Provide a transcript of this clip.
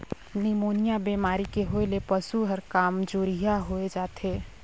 pneumonia बेमारी के होय ले पसु हर कामजोरिहा होय जाथे